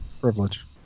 Privilege